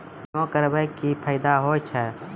बीमा करबै के की फायदा होय छै?